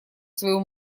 своего